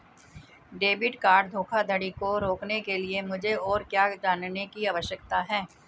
Debit card धोखाधड़ी को रोकने के लिए मुझे और क्या जानने की आवश्यकता है?